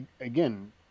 again